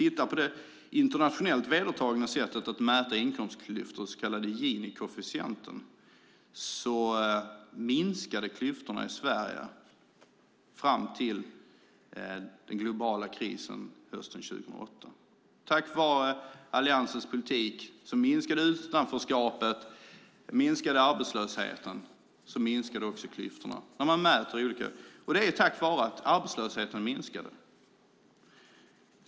Med det internationellt vedertagna sättet att mäta inkomstklyftor, den så kallade ginikoefficienten, minskade klyftorna i Sverige fram till den globala krisen hösten 2008. Med Alliansens politik minskade utanförskapet och klyftorna, och det var tack vare att arbetslösheten minskade.